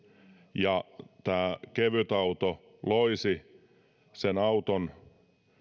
ja kevytauto loisi sen auton